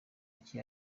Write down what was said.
iki